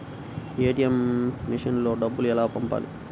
ATM మెషిన్లో డబ్బులు ఎలా పంపాలి?